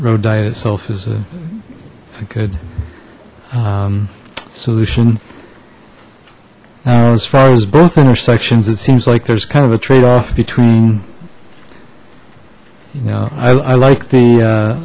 road diet itself is a good solution now as far as both intersections it seems like there's kind of a trade off between you know i like the